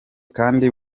kandi